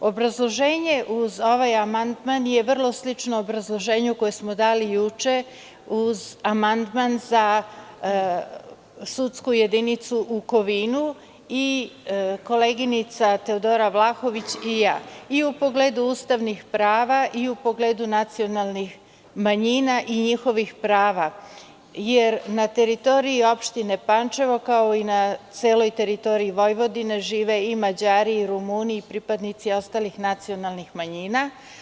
Obrazloženje uz ovaj amandman je vrlo slično obrazloženju koje smo dali juče uz amandman za sudsku jedinicu u Kovinu, koleginica Teodora Vlahović i ja i u pogledu ustavnih prava i u pogledu nacionalnih manjina i njihovih prava jer na teritoriji opštine Pančevo kao i na celoj teritoriji Vojvodine žive i Mađari i Rumuni i pripadnici ostalih nacionalnih manjina.